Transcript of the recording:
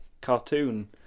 cartoon